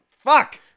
Fuck